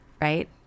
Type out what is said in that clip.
right